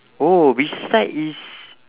oh which side is